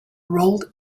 rolled